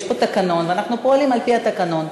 יש פה תקנון, ואנחנו פועלים על-פי התקנון.